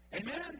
Amen